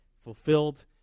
fulfilled